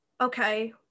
okay